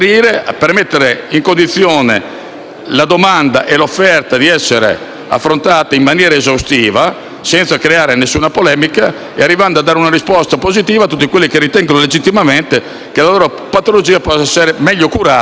alla domanda di essere affrontata in maniera esaustiva, senza creare alcuna polemica, arrivando a dare una risposta positiva a tutti coloro che ritengono legittimamente che la loro patologia possa essere meglio curata con i derivati della *cannabis*.